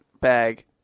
bag